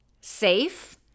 safe